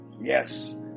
Yes